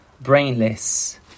brainless